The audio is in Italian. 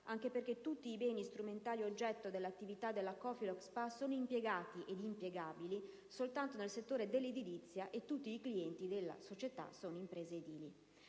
anche perché tutti i beni strumentali oggetto dell'attività della Cofiloc Spa sono impiegati ed impiegabili soltanto nel settore dell'edilizia e tutti i clienti della società sono imprese edili.